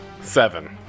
seven